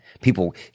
People